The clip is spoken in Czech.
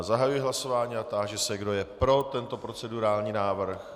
Zahajuji hlasování a táži se, kdo je pro tento procedurální návrh.